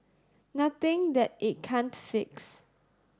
nothing that it can't fix